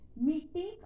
meeting